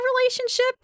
relationship